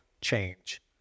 change